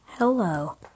Hello